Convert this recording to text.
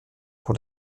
pour